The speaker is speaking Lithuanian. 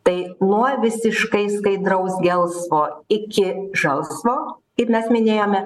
tai nuo visiškai skaidraus gelsvo iki žalsvo kaip mes minėjome